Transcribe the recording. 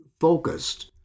focused